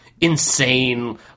insane